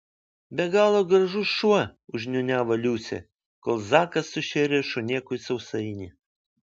be galo gražus šuo užniūniavo liusė kol zakas sušėrė šunėkui sausainį